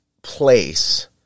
place